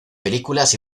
películas